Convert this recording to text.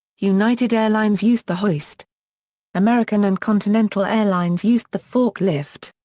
united airlines used the hoist american and continental airlines used the forklift.